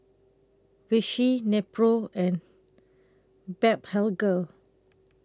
Vichy Nepro and Blephagel